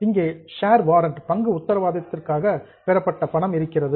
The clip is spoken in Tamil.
இங்கே ஷேர் வாரன்ட் பங்கு உத்தரவாதத்திற்காக பெறப்பட்ட பணம் இருக்கிறது